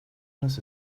las